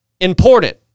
important